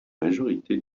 majorité